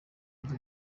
bari